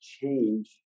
change